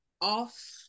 off